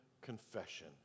confession